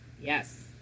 Yes